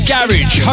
Garage